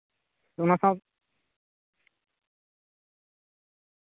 ᱚᱱᱟ ᱥᱟᱶᱛᱮ